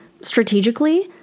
strategically